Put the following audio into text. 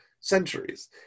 centuries